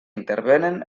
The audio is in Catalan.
intervenen